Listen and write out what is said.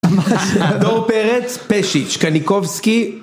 דור פרץ פשיץ' קניקובסקי